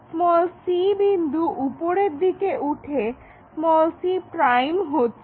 c বিন্দু উপরের দিকে উঠে c' হচ্ছে